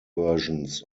versions